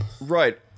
right